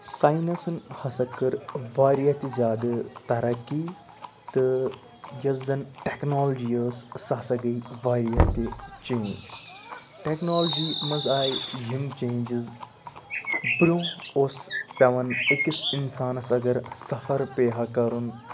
ساینَسَن ہَسا کٔر واریاہ تہِ زیادٕ تَرقی تہٕ یۄس زَن ٹٮ۪کنالجی ٲسۍ سۄ ہَسا گٔے واریاہ تہِ چینٛج ٹٮ۪کنالجی منٛز آے یِم چینٛجِز برٛونٛہہ اوس پٮ۪وان أکِس اِنسانَس اگر سَفَر پیٚیہِ ہہ کَرُن